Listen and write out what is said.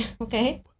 Okay